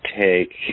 take